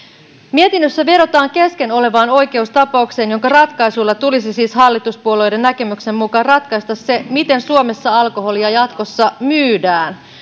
mietinnössä vedotaan kesken olevaan oikeustapaukseen jonka ratkaisulla tulisi siis hallituspuolueiden näkemyksen mukaan ratkaista se miten suomessa alkoholia jatkossa myydään